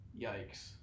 Yikes